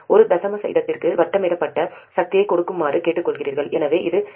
ஒரு தசம இடத்திற்கு வட்டமிடப்பட்ட சக்தியைக் கொடுக்குமாறு கேட்கப்படுகிறீர்கள் எனவே அது 6